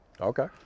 Okay